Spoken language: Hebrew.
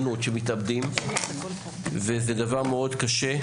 שמתאבדים וזה דבר מאוד קשה.